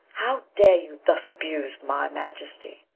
how dare you thus abuse my majesty?